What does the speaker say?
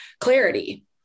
clarity